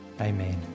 Amen